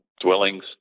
dwellings